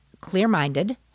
clear-minded